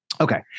Okay